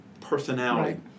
personality